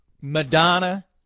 Madonna